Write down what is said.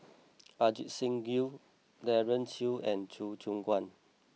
Ajit Singh Gill Daren Shiau and Choo Keng Kwang